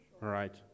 Right